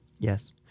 Yes